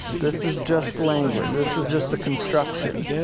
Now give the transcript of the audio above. this is just language, this is just a construction.